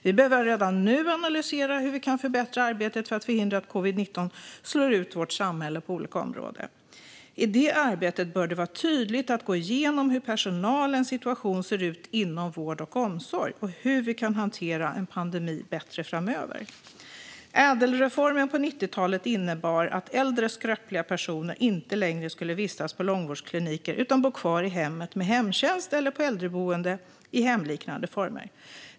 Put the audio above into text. Vi behöver redan nu analysera hur vi kan förbättra arbetet för att förhindra att covid-19 slår ut vårt samhälle på olika områden. I det arbetet bör man tydligt gå igenom hur personalens situation ser ut inom vård och omsorg och hur vi kan hantera en pandemi bättre framöver. Ädelreformen på 90-talet innebar att äldre, skröpliga personer inte längre skulle vistas på långvårdskliniker utan bo kvar i hemmet med hemtjänst eller på äldreboende i hemliknande form.